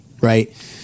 right